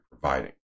providing